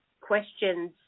questions